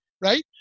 right